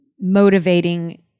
motivating